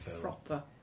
proper